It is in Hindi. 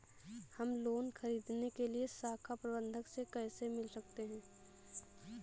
हम लोन ख़रीदने के लिए शाखा प्रबंधक से कैसे मिल सकते हैं?